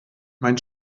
mein